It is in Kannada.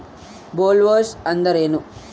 ಬೊಲ್ವರ್ಮ್ ಅಂದ್ರೇನು?